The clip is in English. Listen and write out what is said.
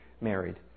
married